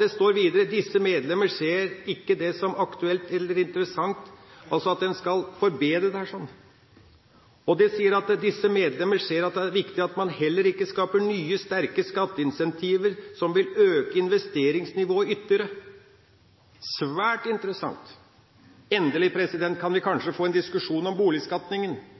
Det står videre: «Disse medlemmer ser ikke dette som aktuelt eller interessant», – altså at en skal forbedre dette. Og de sier: « disse medlemmer ser det som viktig at man heller ikke skaper nye, sterke skatteinsentiver som vil øke investeringsnivået ytterligere.» Det er svært interessant! Endelig kan vi kanskje få en diskusjon om